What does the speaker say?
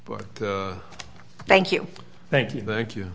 but thank you thank you thank you